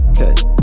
okay